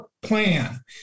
plan